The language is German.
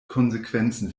konsequenzen